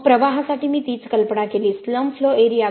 मग प्रवाहासाठी मी तीच कल्पना केली स्लंप फ्लो एरिया